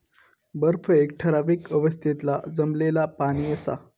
बर्फ एक ठरावीक अवस्थेतला जमलेला पाणि असा